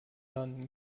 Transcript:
landen